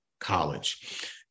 college